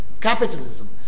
capitalism